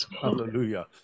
Hallelujah